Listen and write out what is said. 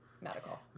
Medical